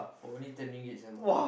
only ten ringgit sia bro